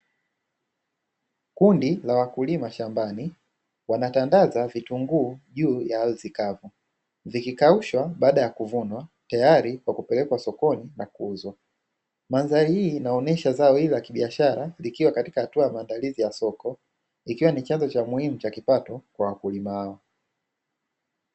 Kundi la wakulima shambani wanatangaza vitunguu juu ya ardhi kavu zikikaushwa baada ya kuvunwa tayari kwa kupelekwa sokoni na kuuzwa. Mandhari hii inaonyesha zao hili la kibiashara likiwa katika hatua ya maandalizi ya soko ikiwa ni chanzo cha muhimu cha kipato kwa wakulima hao.